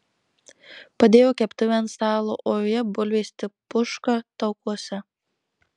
padėjo keptuvę ant stalo o joje bulvės tik puška taukuose